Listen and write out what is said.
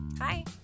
Hi